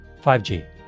5G